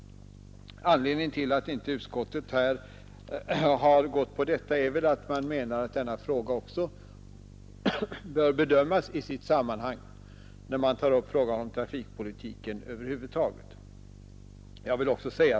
Anledningen till att utskottet inte tillstyrkt det förslaget är att utskottet anser att även denna fråga bör bedömas i sammanhang med att man tar upp frågan om trafikpolitiken över huvud taget.